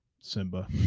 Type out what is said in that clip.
Simba